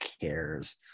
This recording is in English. cares